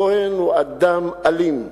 כהן הוא אדם אלים,